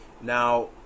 now